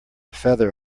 feather